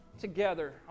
together